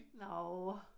No